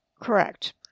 Correct